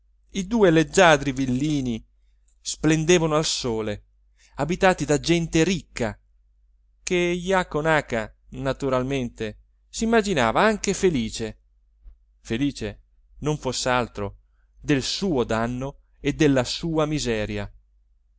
i due leggiadri villini splendevano al sole abitati da gente ricca che jaco naca naturalmente s'immaginava anche felice felice non foss'altro del suo danno e della sua miseria